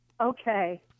okay